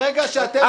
ברגע שאתם